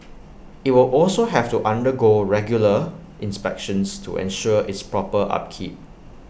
IT will also have to undergo regular inspections to ensure its proper upkeep